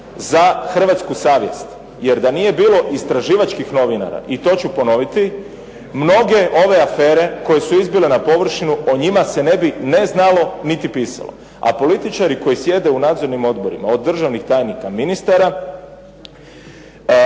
za hrvatsku savjest, jer da nije bilo istraživačkih novinara i to ću ponoviti mnoge ove afere koje su izbile na površinu, o njima se ne bi ne znalo niti pisalo. A političari koji sjede u nadzornim odborima od državnih tajnika, ministara